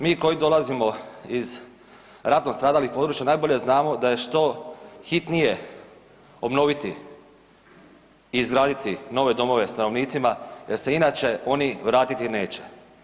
Mi koji dolazimo iz ratom stradalih područja najbolje znamo da je što hitnije obnoviti i izraditi nove domove stanovnicima jer se inače oni vratiti neće.